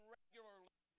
regularly